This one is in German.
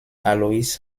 alois